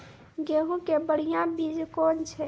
गेहूँ के बढ़िया बीज कौन छ?